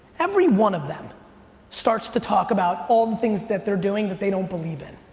every one of them starts to talk about all the things that they're doing that they don't believe in.